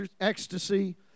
ecstasy